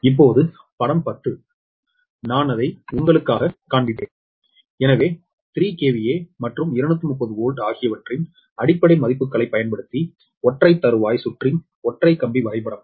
இப்போது படம் 10 நான் அதை உங்களுக்குக் காண்பிப்பேன் எனவே 3 KVA மற்றும் 230 வோல்ட் ஆகியவற்றின் அடிப்படை மதிப்புகளைப் பயன்படுத்தி ஒற்றை தறுவாய் சுற்றின் ஒற்றை கம்பி வரைபடம்